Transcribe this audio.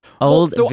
old